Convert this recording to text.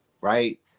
right